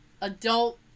adult